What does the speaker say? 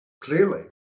Clearly